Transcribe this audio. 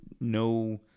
no